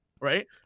right